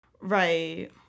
Right